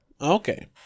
okay